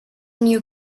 new